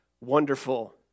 wonderful